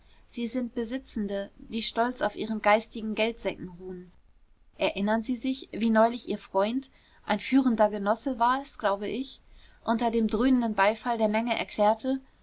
sie sind besitzende die stolz auf ihren geistigen geldsäcken ruhen erinnern sie sich wie neulich ihr freund ein führender genosse war es glaube ich unter dem dröhnenden beifall der menge erklärte